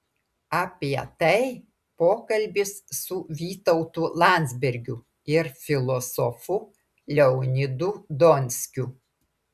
apie tai pokalbis su vytautu landsbergiu ir filosofu leonidu donskiu